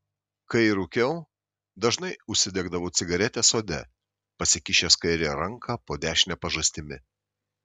kai rūkiau dažnai užsidegdavau cigaretę sode pasikišęs kairę ranką po dešine pažastimi